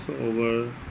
over